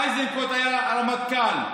איזנקוט היה הרמטכ"ל.